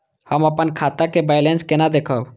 हम अपन खाता के बैलेंस केना देखब?